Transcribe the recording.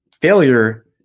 Failure